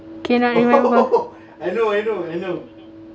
cannot remember